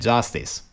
Justice